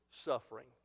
suffering